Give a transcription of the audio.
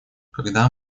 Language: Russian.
когда